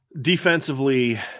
Defensively